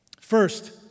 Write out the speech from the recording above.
First